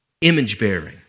image-bearing